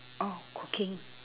oh cooking